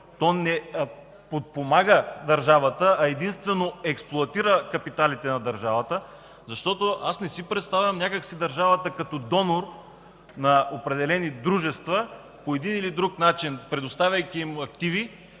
то не подпомага държавата, а единствено експлоатира капиталите на държавата? Защото аз не си представям някак си държавата като донор на определени дружества и по един или друг начин, предоставяйки им активи,